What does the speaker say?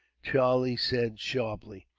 charlie said sharply.